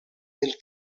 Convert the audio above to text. del